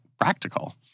practical